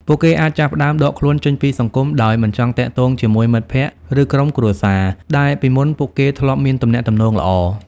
ពួកគេអាចចាប់ផ្តើម ដកខ្លួនចេញពីសង្គម ដោយមិនចង់ទាក់ទងជាមួយមិត្តភក្តិ ឬក្រុមគ្រួសារ ដែលពីមុនពួកគេធ្លាប់មានទំនាក់ទំនងល្អ។